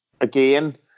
again